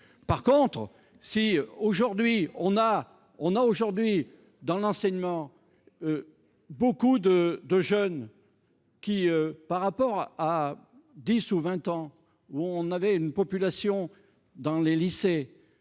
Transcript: a on a aujourd'hui dans l'enseignement. Beaucoup de de jeunes. Qui par rapport à 10 ou 20 ans où on avait une population dans les lycées